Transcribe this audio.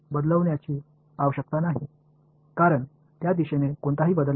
அதாவது புலம் மாற வேண்டிய அவசியமில்லை ஏனென்றால் அந்த திசையில் எந்த மாற்றமும் இல்லை